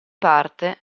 parte